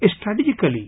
strategically